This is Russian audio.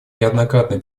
неоднократные